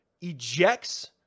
ejects